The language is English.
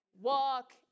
Walk